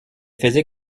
faisait